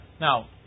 Now